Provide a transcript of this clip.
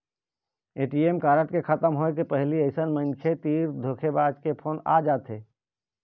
ATM card के खतम होए के पहिली अइसन मनखे तीर धोखेबाज के फोन आ जाथे